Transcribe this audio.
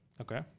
Okay